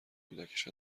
کودکش